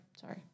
Sorry